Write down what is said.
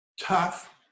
tough